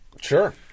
Sure